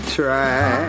try